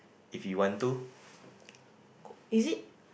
if you want to